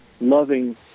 loving